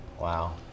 Wow